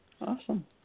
Awesome